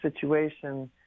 situation